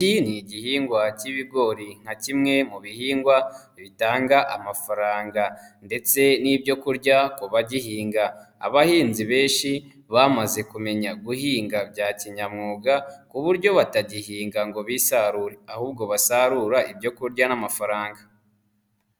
Iki ni igihingwa k'ibigori nka kimwe mu bihingwa bitanga amafaranga ndetse n'ibyo kurya ku bagihinga. Abahinzi benshi bamaze kumenya guhinga bya kinyamwuga ku buryo batagihinga ngo bisarure ahubwo basarura ibyo kurya n'amafaranga.